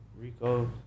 Rico